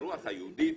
"הרוח היהודית"